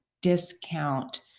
discount